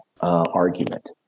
argument